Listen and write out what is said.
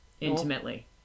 intimately